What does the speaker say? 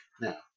Now